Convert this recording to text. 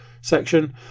section